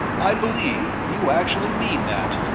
i believe you actually mean that.